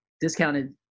discounted